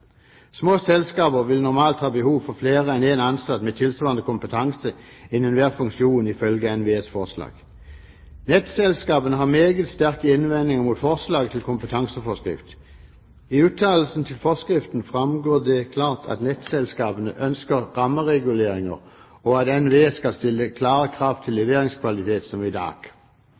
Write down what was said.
Små selskaper vil normalt ha behov for flere enn én ansatt med tilsvarende kompetanse innen hver funksjon, ifølge NVEs forslag. Nettselskapene har meget sterke innvendinger mot forslaget til kompetanseforskrift. I uttalelser til forskriften framgår det klart at nettselskapene ønsker rammereguleringer, og at NVE skal stille klare krav til leveringskvalitet som i dag.